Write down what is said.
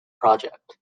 project